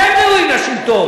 אתם ראויים לשלטון.